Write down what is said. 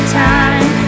time